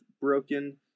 broken